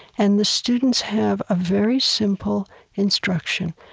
and the students have a very simple instruction,